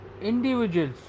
individuals